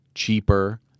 cheaper